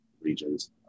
regions